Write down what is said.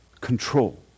control